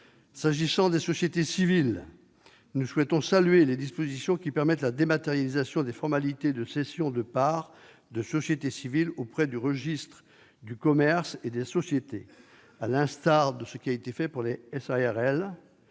S'agissant des sociétés civiles, nous souhaitons saluer les dispositions qui permettent la dématérialisation des formalités de cession de parts de société civile auprès du registre du commerce et des sociétés, à l'instar de ce qui a été fait pour les SARL,